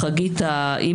האם